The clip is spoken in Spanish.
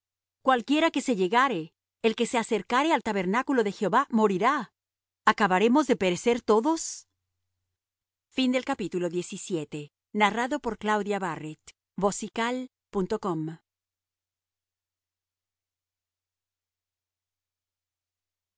cualquiera que se llegare el que se acercare al tabernáculo de jehová morirá acabaremos de perecer todos y